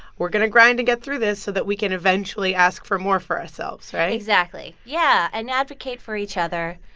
we're going to grind to get through this so that we can eventually ask for more for ourselves. right? exactly. yeah. and advocate for each other.